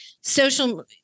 social